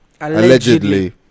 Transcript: allegedly